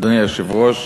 אדוני היושב-ראש,